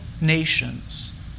nations